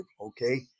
okay